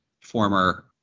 former